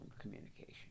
communication